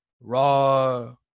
Raw